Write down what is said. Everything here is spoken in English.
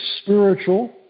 spiritual